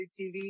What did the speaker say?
TV